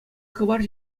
хыпар